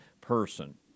person